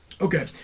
Okay